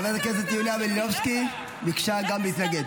גם חברת הכנסת יוליה מלינובסקי ביקשה להתנגד.